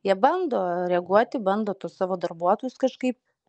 jie bando reaguoti bando tuos savo darbuotojus kažkaip